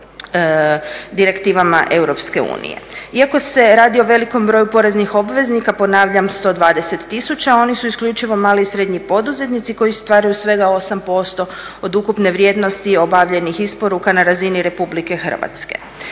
Iako se radi o velikom broju poreznih obveznika, ponavljam 120 tisuća, oni su isključivo mali i srednji poduzetnici koji stvaraju svega 8% od ukupne vrijednosti obavljenih isporuka na razini RH. Nadalje,